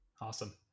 Awesome